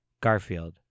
Garfield